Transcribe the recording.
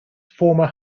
former